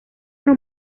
una